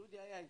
דודי היה איתו.